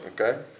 Okay